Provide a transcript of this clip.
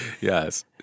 Yes